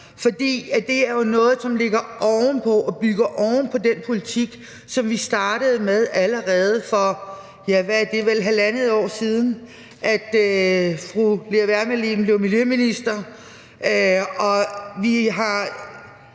jo er noget, som ligger oven på og bygger oven på den politik, som vi startede med allerede for halvandet år siden, da fru Lea Wermelin blev miljøminister.